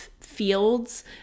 fields